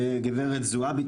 גב' זועבי,